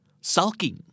sulking